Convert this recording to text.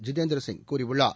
ஜிதேந்திரசிங் கூறியுள்ளார்